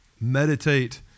Meditate